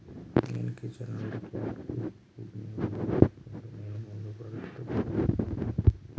నేను కిచెన్ నుండి cat cute ఫుడ్ని వెనక్కి తీసుకుంటూ నేను ముందు నడుస్తూ కాఫీని తిప్పాను